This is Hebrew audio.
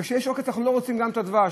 וכשיש עוקץ אנחנו לא רוצים גם את הדבש.